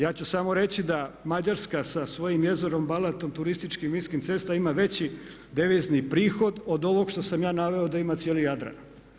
Ja ću samo reći da Mađarska sa svojim jezerom Balaton, turističkim vinskim cestama ima veći devizni prihod od ovog što sam ja naveo da ima cijeli Jadran.